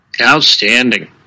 outstanding